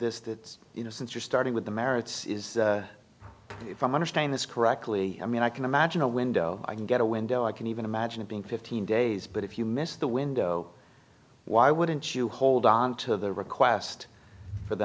this that you know since you're starting with the merits from understanding this correctly i mean i can imagine a window i can get a window i can even imagine it being fifteen days but if you miss the window why wouldn't you hold on to the request for the